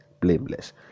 blameless